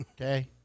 Okay